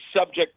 subject